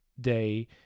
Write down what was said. day